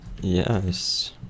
Yes